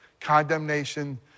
condemnation